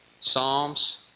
Psalms